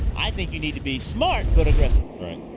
i think you need to be smart but aggressive. right.